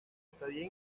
estadía